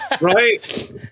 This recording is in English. Right